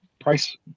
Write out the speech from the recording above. price